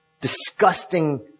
disgusting